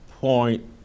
point